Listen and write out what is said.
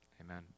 amen